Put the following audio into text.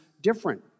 different